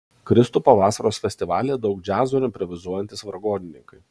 kristupo vasaros festivalyje daug džiazo ir improvizuojantys vargonininkai